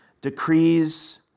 decrees